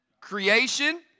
Creation